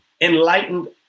enlightened